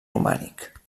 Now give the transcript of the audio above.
romànic